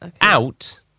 Out